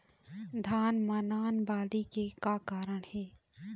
धान म नान बाली के का कारण हे?